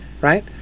right